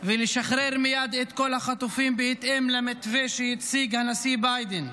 ולשחרר מייד את כל החטופים בהתאם למתווה שהציג הנשיא ביידן.